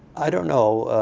i don't know,